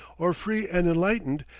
or free and enlightened,